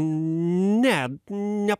ne ne